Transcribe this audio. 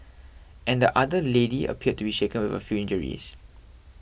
and the other lady appeared to be shaken with a few injuries